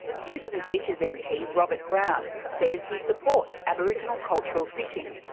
shooters and fishers mp robert brown says he supports aboriginal cultural fishing,